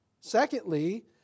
Secondly